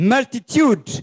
Multitude